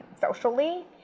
socially